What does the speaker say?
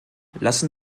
lassen